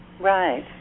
Right